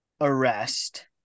arrest